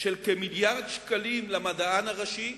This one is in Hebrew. של כמיליארד שקלים למדען הראשי,